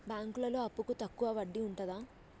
బ్యాంకులలో అప్పుకు తక్కువ వడ్డీ ఉంటదా?